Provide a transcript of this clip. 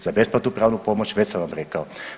Za besplatnu pravnu pomoć već sam vam rekao.